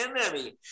enemy